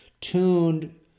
tuned